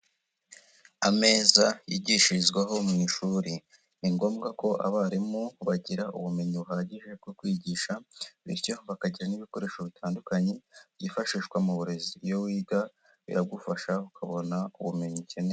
Ameza yigishirizwaho mu ishuri. Ni ngombwa ko abarimu bagira ubumenyi buhagije bwo kwigisha bityo bakagira n'ibikoresho bitandukanye byifashishwa mu burezi. Iyo wiga biragufasha, ukabona ubumenyi ukeneye.